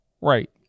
Right